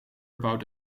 about